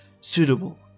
suitable